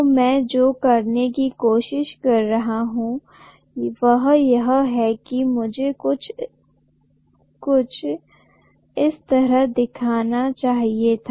तो मैं जो करने की कोशिश कर रहा हूं वह यह है कि मुझे कुछ इस तरह दिखाना चाहिए था